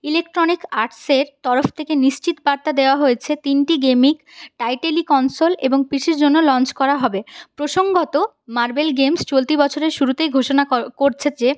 electronic আর্টসের তরফ থেকে নিশ্চিত বার্তা দেওয়া হয়েছে তিনটি গেমিং টাইটেলিং কনসোল এবং পিসের জন্য লঞ্চ করা হবে প্রসঙ্গত মার্বেল গেমস চলতি বছরের শুরুতেই ঘোষণা করছে যে